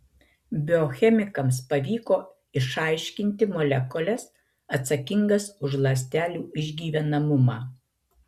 biochemikams pavyko išaiškinti molekules atsakingas už ląstelių išgyvenamumą